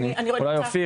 אולי אופיר